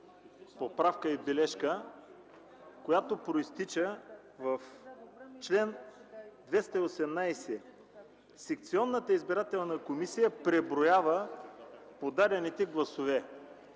поправка, бележка, която произтича в чл. 218: секционната избирателна комисия преброява подадените гласове